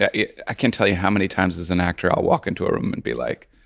yeah i can't tell you how many times as an actor i'll walk into a room and be like,